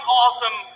awesome